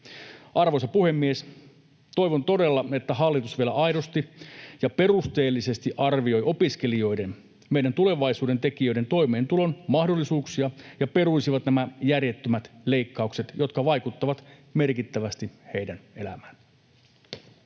Arvoisa puhemies! Toivon todella, että hallitus vielä aidosti ja perusteellisesti arvioi opiskelijoiden, meidän tulevaisuuden tekijöiden, toimeentulon mahdollisuuksia ja että he peruisivat nämä järjettömät leikkaukset, jotka vaikuttavat merkittävästi heidän elämäänsä.